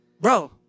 Bro